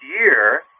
year